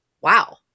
wow